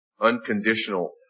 Unconditional